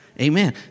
Amen